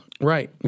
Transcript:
Right